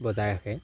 বজাই ৰাখে